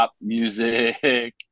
music